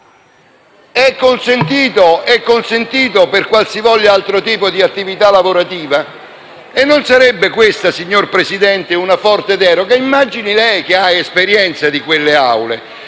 È consentito per qualsivoglia altro tipo di attività lavorativa? Non sarebbe questa, signor Presidente, una forte deroga? Immagini lei, che ha esperienze di quelle aule,